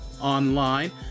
online